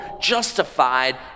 justified